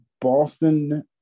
boston